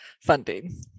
funding